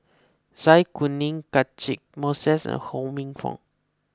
Zai Kuning Catchick Moses and Ho Minfong